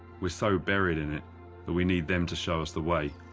we're so buried in it that we need them to show us the way.